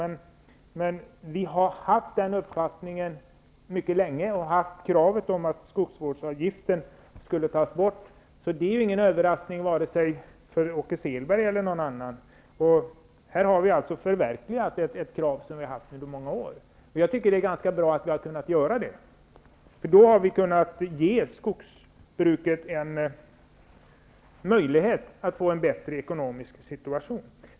Vi har emellertid haft denna uppfattning mycket länge, och vi har haft ett krav på att skogsvårdsavgiften skall tas bort. Det är ingen överraskning för Åke Selberg eller någon annan. Här har vi således förverkligat ett krav som vi har haft i många år. Jag tycker att det är ganska bra att vi har kunnat göra det. Vi har därigenom kunnat ge skogsbruket en möjlighet till en bättre ekonomisk situation.